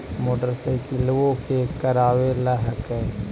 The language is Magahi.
मोटरसाइकिलवो के करावे ल हेकै?